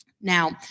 Now